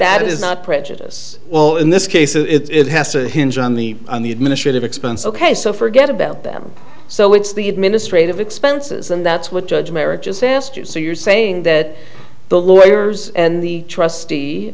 that is not prejudice well in this case it's has to hinge on the on the administrative expenses ok so forget about them so it's the administrative expenses and that's what judge merrick just asked you so you're saying that the lawyers and the trustee